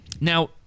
Now